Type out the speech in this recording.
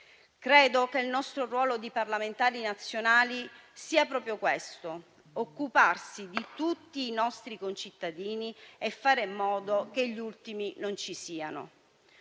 Credo che il nostro ruolo di parlamentari nazionali sia proprio questo. Occuparci di tutti i nostri concittadini e fare in modo che non esistano